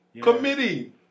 committee